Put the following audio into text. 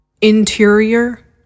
Interior